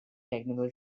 technical